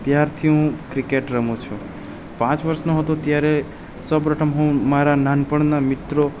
ત્યારથી હું ક્રિકેટ રમું છું પાંચ વર્ષનો હતો ત્યારે સૌપ્રથમ હું મારા નાનપણના મિત્રો